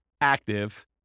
active